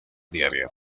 diaria